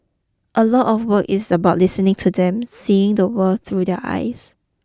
a lot of the work is about listening to them seeing the world through their eyes